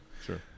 Sure